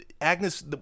Agnes